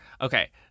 Okay